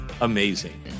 amazing